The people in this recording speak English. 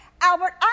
Albert